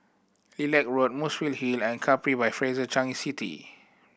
Lilac Road Muswell Hill and Capri by Fraser Changi City